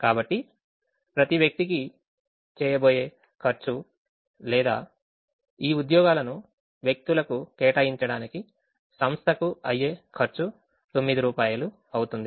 కాబట్టి ప్రతి వ్యక్తికి చేయబోయే ఖర్చు లేదా ఈ ఉద్యోగాలను వ్యక్తులకు కేటాయించడానికి సంస్థకు అయ్యే ఖర్చు 9 రూపాయలు అవుతుంది